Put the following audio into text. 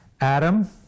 Adam